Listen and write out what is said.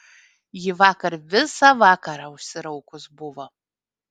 ji vakar visą vakarą užsiraukus buvo